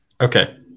Okay